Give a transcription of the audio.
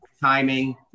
Timing